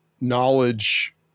knowledge